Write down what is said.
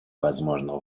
возможного